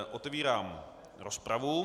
Otevírám rozpravu.